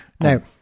Now